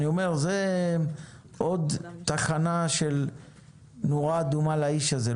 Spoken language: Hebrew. אני אומר שזאת עוד תחנה של נורה אדומה לאיש הזה.